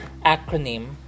acronym